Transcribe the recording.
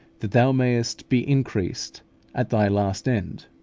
that thou mayest be increased at thy last end